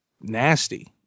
nasty